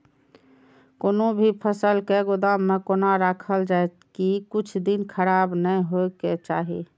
कोनो भी फसल के गोदाम में कोना राखल जाय की कुछ दिन खराब ने होय के चाही?